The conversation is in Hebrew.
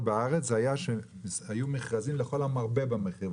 בארץ היא שהיו מכרזים לכל המרבה במחיר.